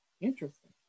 Interesting